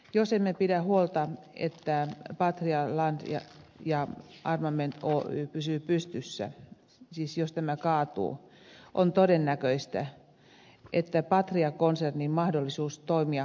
jos emme pidä huolta että patria land armament oy pysyy pystyssä siis jos tämä kaatuu on todennäköistä että patria konsernin mahdollisuus toimia nykymuodossa lakkaa